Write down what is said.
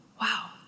wow